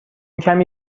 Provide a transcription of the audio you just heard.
کمی